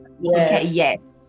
yes